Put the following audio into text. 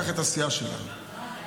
קח את הסיעה שלנו,